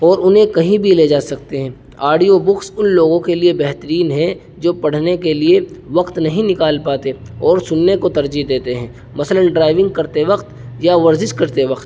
اور انہیں کہیں بھی لے جا سکتے ہیں آڈیو بکس ان لوگوں کے لیے بہترین ہیں جو پڑھنے کے لیے وقت نہیں نکال پاتے اور سننے کو ترجیح دیتے ہیں مثلاً ڈرائیونگ کرتے وقت یا ورزش کرتے وقت